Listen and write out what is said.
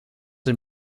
een